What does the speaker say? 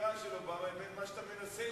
האמירה של אובמה לבין מה שאתה מנסה,